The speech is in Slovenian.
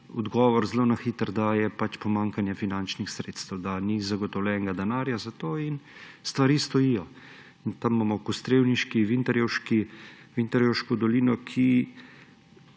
odgovor zelo na hitro, da je pač pomanjkanje finančnih sredstev, da ni zagotovljenega denarja za to in stvari stojijo. Tam imamo Kostrevniški, Vintarjevški potok, Vintarjevško dolino, ki